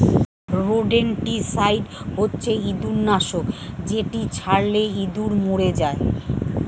rodenticide হচ্ছে ইঁদুর নাশক যেটি ছড়ালে ইঁদুর মরে যায়